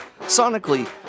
Sonically